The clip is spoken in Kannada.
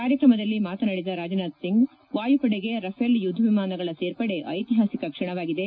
ಕಾರ್ಯಕ್ರಮದಲ್ಲಿ ಮಾತನಾಡಿದ ರಾಜನಾಥ್ ಸಿಂಗ್ ವಾಯುಪಡೆಗೆ ರಫೆಲ್ ಯುದ್ಧ ವಿಮಾನಗಳ ಸೇರ್ಪಡೆ ಐಕಿಹಾಸಿಕ ಕ್ಷಣವಾಗಿದೆ